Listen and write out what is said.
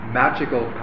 magical